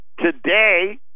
Today